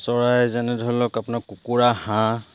চৰাই যেনে ধৰি লওক আপোনাৰ কুকুৰা হাঁহ